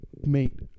Mate